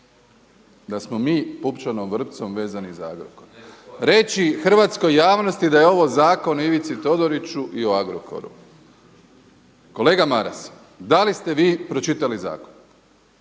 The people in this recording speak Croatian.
da smo mi pupčanom vrpcom vezani za Agrokor, reći hrvatskoj javnosti da je ovo zakon o Ivici Todoriću i o Agrokoru. Kolega Maras da li ste vi pročitali zakon?